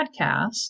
podcast